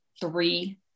three